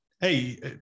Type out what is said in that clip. hey